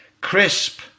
Crisp